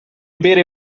bere